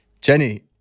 Jenny